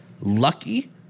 lucky